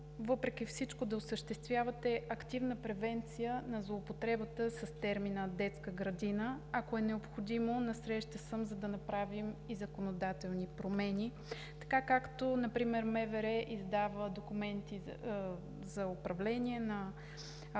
въпреки всичко да осъществявате активна превенция на злоупотребата с термина „детска градина“. Ако е необходимо, насреща съм, за да направим и законодателни промени, така както например МВР издава документи за управление на автомобили,